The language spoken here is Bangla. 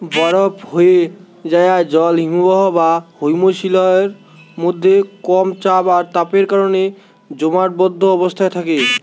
বরফ হোয়ে যায়া জল হিমবাহ বা হিমশৈলের মধ্যে কম চাপ আর তাপের কারণে জমাটবদ্ধ অবস্থায় থাকে